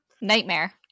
Nightmare